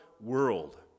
world